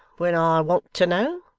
when i want to know